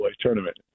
tournament